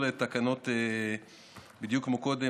אני קובע שתקנות סמכויות מיוחדות להתמודדות